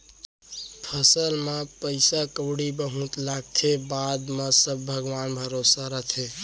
फसल म पइसा कउड़ी बहुत लागथे, बाद म सब भगवान भरोसा रथे